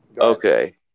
Okay